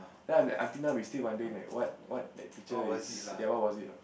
I'm like until now we still wondering right what what that picture is ya what was it you know